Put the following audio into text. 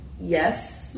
yes